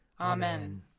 Amen